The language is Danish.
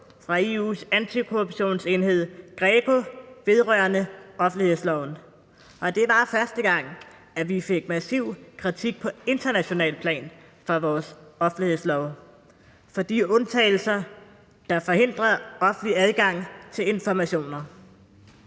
fra EU's antikorruptionsenhed, Greco, vedrørende offentlighedsloven, og det var første gang, vi fik massiv kritik på internationalt plan for vores offentlighedslov og for de undtagelser, der forhindrer offentlig adgang til informationer.